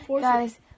Guys